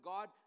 God